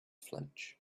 flinch